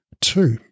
Two